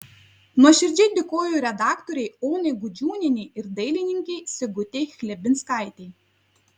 nuoširdžiai dėkoju redaktorei onai gudžiūnienei ir dailininkei sigutei chlebinskaitei